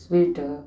sweet